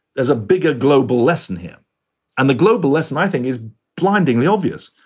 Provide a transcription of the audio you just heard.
there's a bigger global lesson here and the global less. my thing is blindingly obvious,